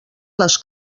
les